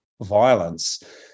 violence